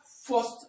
first